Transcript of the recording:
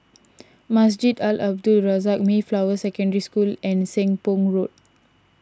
Masjid Al Abdul Razak Mayflower Secondary School and Seng Poh Road